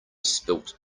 spilt